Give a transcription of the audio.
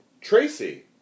Tracy